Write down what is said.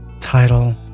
Title